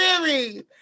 weary